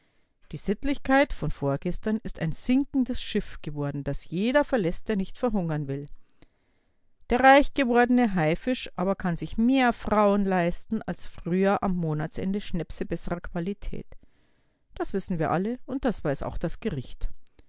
die sittlichkeit von vorgestern ist ein sinkendes schiff geworden das jeder verläßt der nicht verhungern will der reichgewordene haifisch aber kann sich mehr frauen leisten als früher am monatsende schnäpse besserer qualität das wissen wir alle und das weiß auch das gericht